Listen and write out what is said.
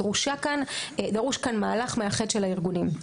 דרוש כאן מהלך מאחד של הארגונים.